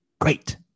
great